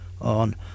on